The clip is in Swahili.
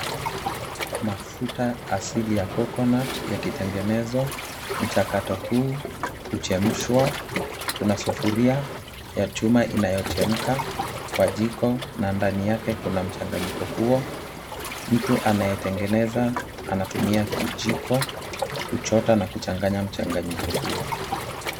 Mafuta asili ya coconut yakitengenezwa. Mchakato huu huchemshwa. Kuna sufuria ya chuma inayochemka kwa jiko na ndani yake kuna mchanganyiko huo. Mtu anayetengeneza anatumia kijiko kuchota na kuchanganya mchanganyiko huo.